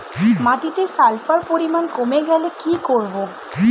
মাটিতে সালফার পরিমাণ কমে গেলে কি করব?